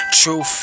true